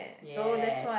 yes